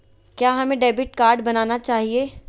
क्या हमें debit card बनाना चाहिए?